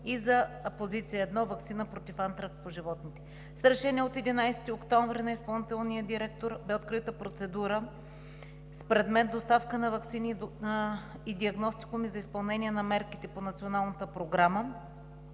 и за Позиция 1 „Ваксина против антракс по животните“. С Решение от 11 октомври на изпълнителния директор бе открита процедура с предмет „Доставка на ваксини и диагностикуми за изпълнение на мерките по Националната програма“,